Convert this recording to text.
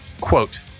quote